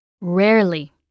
Rarely